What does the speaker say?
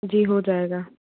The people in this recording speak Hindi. जी हो जाएगा